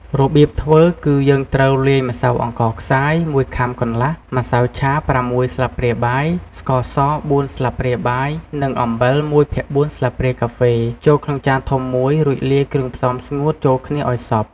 របៀបធ្វើគឺ យើងត្រូវលាយម្សៅអង្ករខ្សាយ ១ខាំកន្លះ ម្សៅឆា ៦ ស្លាបព្រាបាយ ស្ករស ៤ ស្លាបព្រាបាយ និងអំបិល ១ភាគ៤ ស្លាបព្រាកាហ្វេ ចូលក្នុងចានធំមួយ រួចលាយគ្រឿងផ្សំស្ងួតចូលគ្នាឱ្យសព្វ។